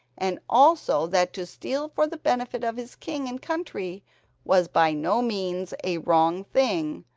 and also that to steal for the benefit of his king and country was by no means a wrong thing,